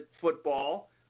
football